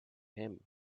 him